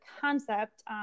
concept